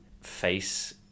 face